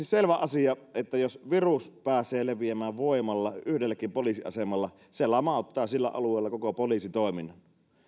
selvä asia että jos virus pääsee leviämään voimalla yhdellekin poliisiasemalle se lamauttaa sillä alueella koko poliisitoiminnan